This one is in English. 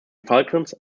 falcons